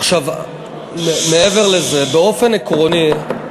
עכשיו, מעבר לזה, באופן עקרוני,